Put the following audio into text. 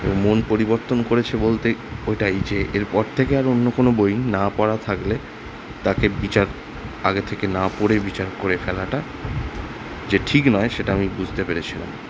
মন পরিবর্তন করেছে বলতে ওটাই যে এরপর থেকে আরো অন্য কোনো বই না পড়া থাকলে তাকে বিচার আগে থেকে না পড়ে বিচার করে ফেলাটা যে ঠিক নয় সেটা আমি বুঝতে পেরেছিলাম